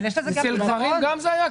גם אצל גברים זה היה?